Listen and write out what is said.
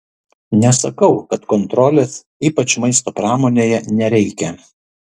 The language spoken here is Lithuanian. nesakau kad kontrolės ypač maisto pramonėje nereikia